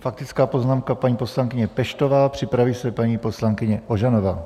Faktická poznámka paní poslankyně Peštová, připraví se paní poslankyně Ožanová.